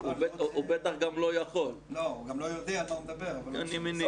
הוא גם לא יודע על מה הוא מדבר אבל לא חשוב.